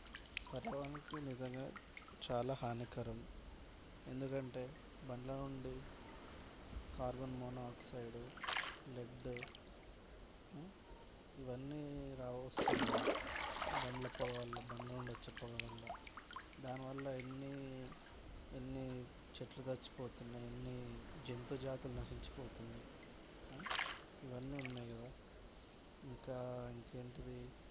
పర్యావరణానికి మీదుగా చాలా హానికరం ఎందుకంటే బండ్ల నుండి కార్బన్ మోనాక్సైడ్ లెడ్ ఇవన్నీ రావస్తున్నాయి బండ్ల పొగ వల్ల బండ్ల నుంచి వచ్చే పగ వల్ల దానివల్ల ఎన్ని ఎన్ని చెట్లు చచ్చిపోతున్నాయి ఎన్ని జంతు జాతులు నశించిపోతున్నయి ఇవన్నీ ఉన్నాయి కదా ఇంకా ఇంకేంటిది